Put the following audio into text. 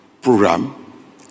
program